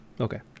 Okay